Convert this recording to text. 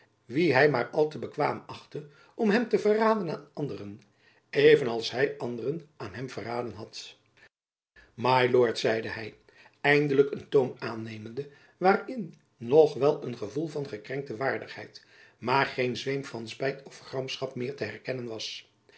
wien hy maar al te bekwaam achtte om hem te verraden aan anderen even als hy anderen aan hem verraden had my lord zeide hy eindelijk een toon aannemende waarin nog wel een gevoel van gekrenkte waardigheid maar geen zweem van spijt of gramschap meer te herkennen was